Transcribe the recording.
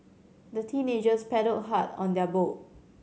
the teenagers paddled hard on their boat